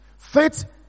Faith